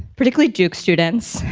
particularly duke students,